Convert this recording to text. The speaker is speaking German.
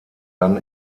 dann